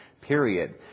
period